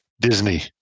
Disney